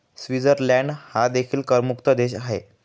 Switzerland हा देखील करमुक्त देश आहे